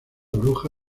bruja